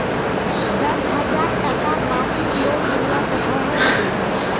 दस हजार टकार मासिक लोन मिलवा सकोहो होबे?